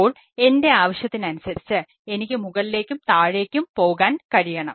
അപ്പോൾ എൻറെ ആവശ്യത്തിനനുസരിച്ച് എനിക്ക് മുകളിലേക്കും താഴേക്കും പോകാൻ കഴിയണം